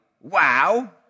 wow